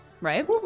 Right